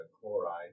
chloride